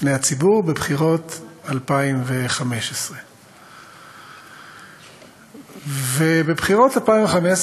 בפני הציבור בבחירות 2015. בבחירות 2015,